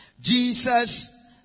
Jesus